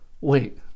Wait